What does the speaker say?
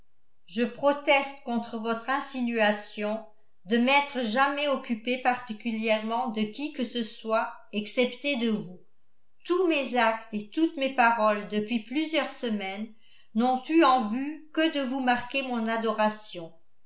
je proteste contre votre insinuation de m'être jamais occupé particulièrement de qui que ce soit excepté de vous tous mes actes et toutes mes paroles depuis plusieurs semaines n'ont eu en vue que de vous marquer mon adoration